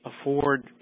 afford